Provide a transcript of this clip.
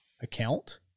account